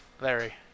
Larry